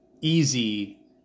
easy